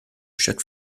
chaque